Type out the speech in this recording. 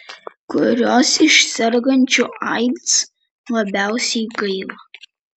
kurios iš sergančių aids labiausiai gaila